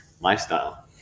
lifestyle